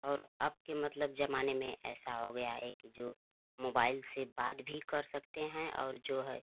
और अब के मतलब जमाने में ऐसा हो गया है कि जो मोबाइल से बात भी कर सकते हैं और जो है